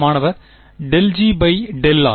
மாணவர் del G by del r